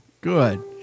Good